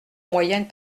moyenne